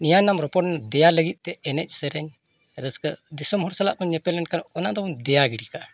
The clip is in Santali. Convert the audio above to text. ᱱᱮᱭᱟᱣ ᱮᱱᱟᱢ ᱨᱚᱯᱚᱲ ᱮᱱᱟᱢ ᱫᱮᱭᱟᱭ ᱞᱟᱹᱜᱤᱫ ᱛᱮ ᱮᱱᱮᱡᱼᱥᱮᱨᱮᱧ ᱨᱟᱹᱥᱠᱟᱹ ᱫᱤᱥᱚᱢ ᱦᱚᱲ ᱥᱟᱞᱟᱜ ᱵᱚᱱ ᱧᱮᱯᱮᱞ ᱞᱮᱱᱠᱷᱟᱱ ᱚᱱᱟ ᱫᱚᱵᱚᱱ ᱫᱮᱭᱟ ᱜᱤᱰᱤ ᱠᱟᱜᱼᱟ